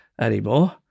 anymore